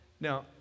Now